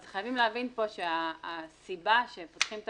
אז חייבים להבין שהסיבה שפותחים את